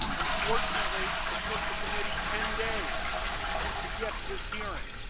unfortunately, it took the committee ten days to get to this hearing.